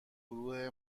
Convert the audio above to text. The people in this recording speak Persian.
گروه